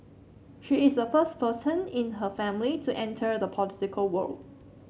she is the first person in her family to enter the political world